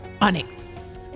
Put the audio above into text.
onyx